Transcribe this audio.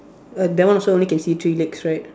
err that one also only can see three legs right